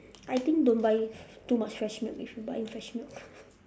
I think don't buy too much fresh milk if you buying fresh milk